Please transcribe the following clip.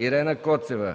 Ирена Коцева…